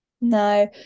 no